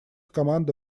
команда